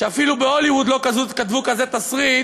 שאפילו בהוליווד לא כתבו כזה תסריט,